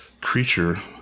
creature